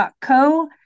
co